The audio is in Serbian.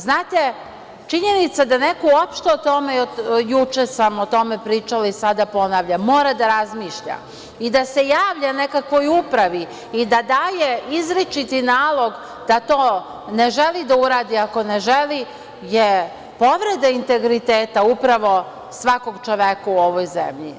Znate, činjenica da neko uopšte o tome, juče sam o tome pričala i sada ponavljam, mora da razmišlja i da se javlja nekakvoj upravi i da daje izričiti nalog da to ne želi da uradi, ako ne želi je povreda integriteta upravo svakog čoveka u ovoj zemlji.